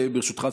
ברשותך,